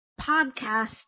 podcast